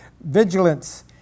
vigilance